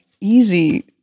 easy